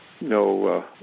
no